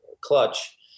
clutch